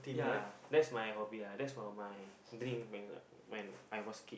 yeah that's my hobby ah that's one my dream when I when I was kid